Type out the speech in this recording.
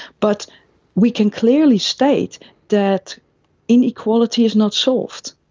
but we can clearly state that inequality is not solved.